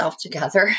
together